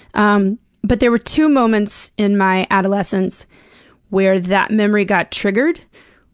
um but there were two moments in my adolescence where that memory got triggered,